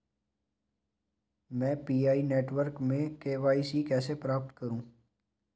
मैं Pi network में KYC कैसे प्राप्त करूँ?